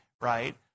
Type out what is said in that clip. right